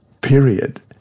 Period